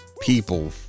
people